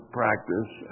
practice